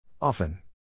Often